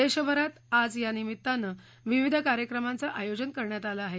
देशभरात आज यानिभित्तानं विविध कार्यक्रमाचं आयोजन करण्यात आलं आहे